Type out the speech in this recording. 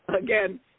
again